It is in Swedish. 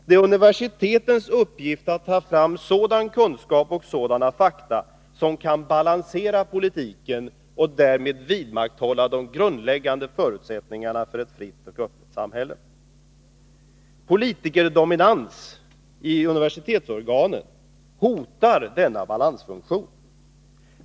Det är universitetens uppgift att ta fram sådan kunskap och sådana fakta som kan balansera politiken och därmed vidmakthålla de grundläggande förutsättningarna för ett fritt och öppet samhälle. Politikerdominans i universitetsorganen hotar denna balansfunktion.